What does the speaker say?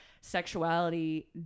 sexuality